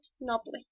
nobly